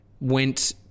went